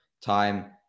time